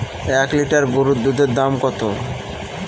এক লিটার গরুর দুধের দাম কত?